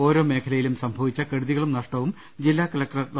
ഓരോ മേഖലയിലും സംഭവിച്ച കെ ടുതികളും നഷ്ടവും ജില്ലാ കളക്ടർ ഡോ